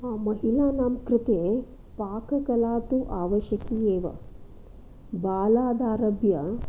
हा महिलानां कृते पाककला तु आवश्यकी एव बालादारभ्य